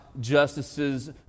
Justices